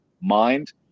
mind